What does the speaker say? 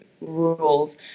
rules